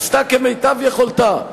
עשתה כמיטב יכולתה,